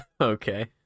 Okay